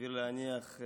סביר להניח,